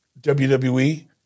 WWE